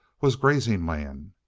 was grazing land.